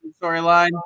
storyline